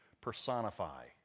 personify